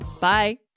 Bye